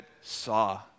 saw